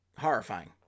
horrifying